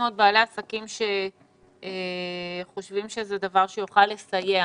מאוד בעלי עסקים שחושבים שזה דבר שיוכל לסייע.